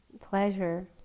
pleasure